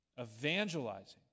Evangelizing